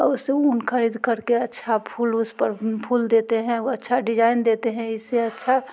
और उस ऊन ख़रीद कर के अच्छा फूल उस पर फूल देते हैं वो अच्छा डिजाइन देते हैं इससे अच्छा